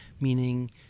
meaning